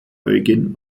eugen